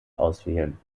auswählen